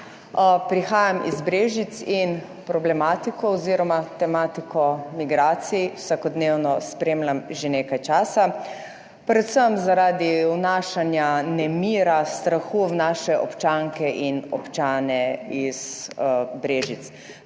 Prihajam iz Brežic in problematiko oz. tematiko migracij vsakodnevno spremljam že nekaj časa, predvsem zaradi vnašanja nemira, strahu v naše občanke in občane iz Brežic.